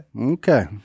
okay